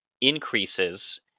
increases